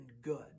good